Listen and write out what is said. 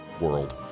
world